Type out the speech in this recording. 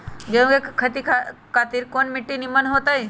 गेंहू की खेती खातिर कौन मिट्टी निमन हो ताई?